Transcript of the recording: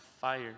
fire